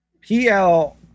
P-L-